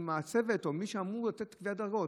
הצוות או מי שאמור לתת קביעת דרגות,